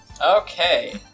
okay